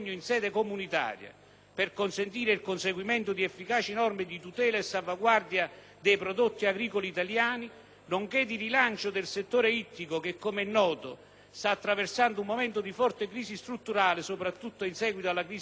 per consentire il conseguimento di efficaci norme di tutela e salvaguardia dei prodotti agricoli italiani nonché di rilancio del settore ittico che, come è noto, sta attraversando un momento di forte crisi strutturale, soprattutto in seguito alla crisi energetica in atto.